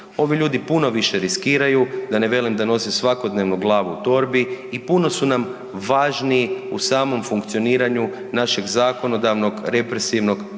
Ovi ljudi puno više riskiraju, da ne velim da nose svakodnevno glavu u torbi i puno su nam važniji u samom funkcioniranju našeg zakonodavnog, represivnog,